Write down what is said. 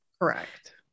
Correct